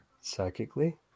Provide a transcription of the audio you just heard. Psychically